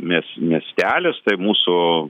mies miestelis tai mūsų